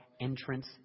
entrance